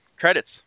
Credits